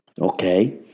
Okay